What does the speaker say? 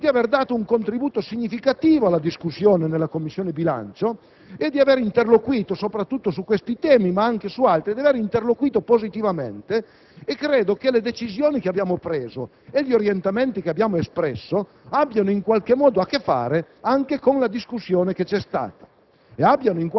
Do atto volentieri all'opposizione di aver offerto un contributo significativo alla discussione in Commissione bilancio e di aver interloquito soprattutto su questi temi - ma anche su altri - positivamente. Credo che le decisioni che abbiamo preso e gli orientamenti che abbiamo espresso abbiano in qualche modo a che fare anche con la discussione che